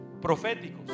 proféticos